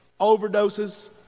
overdoses